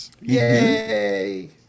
Yay